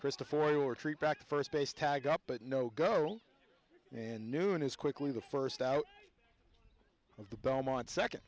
christopher royal or treat back to first base tag up but no girl and noone is quickly the first out of the belmont second